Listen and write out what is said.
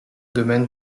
domaine